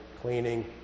cleaning